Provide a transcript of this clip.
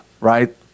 right